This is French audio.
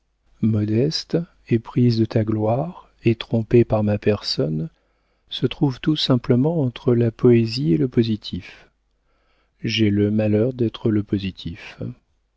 modeste éprise de ta gloire et trompée par ma personne se trouve tout simplement entre la poésie et le positif j'ai le malheur d'être le positif